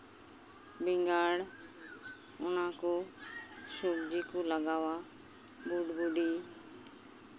ᱵᱮᱸᱜᱟᱲ ᱚᱱᱟᱠᱚ ᱥᱚᱵᱽᱡᱤ ᱠᱚ ᱞᱟᱜᱟᱣᱟ ᱵᱩᱰᱵᱩᱰᱤ